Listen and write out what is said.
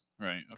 right